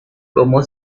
cómo